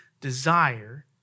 desire